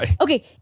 okay